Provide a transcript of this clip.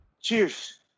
Cheers